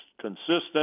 consistent